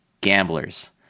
Gamblers